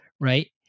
right